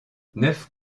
neuf